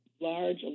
large